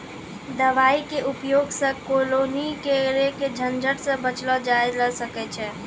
दवाई के उपयोग सॅ केलौनी करे के झंझट सॅ बचलो जाय ल सकै छै